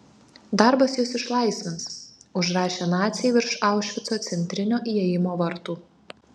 darbas jus išlaisvins užrašė naciai virš aušvico centrinio įėjimo vartų